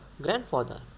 grandfather